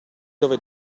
dove